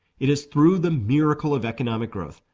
it is through the miracle of economic growth,